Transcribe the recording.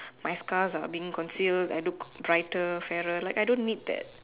my scars are being concealed I looked brighter fairer like I don't need that